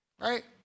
right